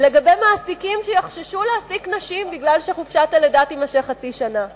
לגבי מעסיקים שיחששו להעסיק נשים כי חופשת הלידה תימשך חצי שנה.